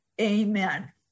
amen